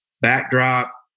backdrop